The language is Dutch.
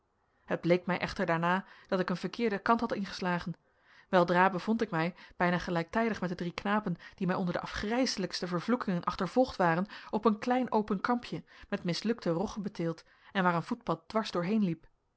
het bleek mij echter daarna dat ik een verkeerden kant had ingeslagen weldra bevond ik mij bijna gelijktijdig met de drie knapen die mij onder de afgrijselijkste vervloekingen achtervolgd waren op een klein open kampje met mislukte rogge beteeld en waar een voetpad dwars doorheenliep